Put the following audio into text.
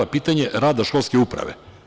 Pitanje rada školske uprave?